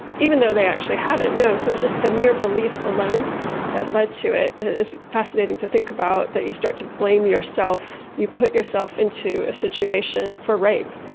even though they actually hadn't, no, so it was just the mere belief alone that led to it. it's fascinating to think about, that you start to blame yourself, you put yourself into a situation for rape.